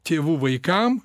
tėvų vaikam